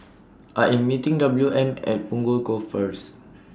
I Am meeting W M At Punggol Cove First